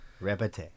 Repete